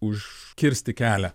užkirsti kelią